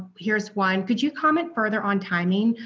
here's one. could you comment further on timing,